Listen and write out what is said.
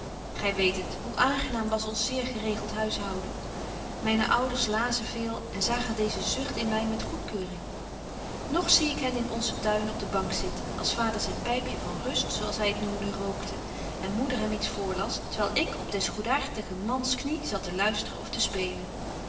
gy weet het hoe aangenaam was ons zeer geregeld huishouden myne ouders lazen veel en zagen deeze zucht in my met goedkeuring nog zie ik hen in onzen tuin op de bank zitten als vader zyn pypje van rust zo als hy het noemde rookte en moeder hem iets voorlas terwyl ik op des goedaartigen mans knie zat te luisteren of te spelen